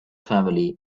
family